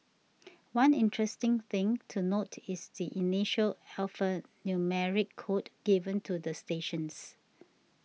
one interesting thing to note is the initial alphanumeric code given to the stations